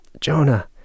Jonah